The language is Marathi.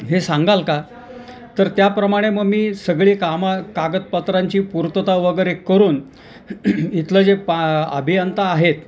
हे सांगाल का तर त्याप्रमाणे मग मी सगळी कामं कागदपत्रांची पूर्तता वगैरे करून इथलं जे पा अभियंता आहेत